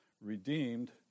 Redeemed